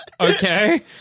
Okay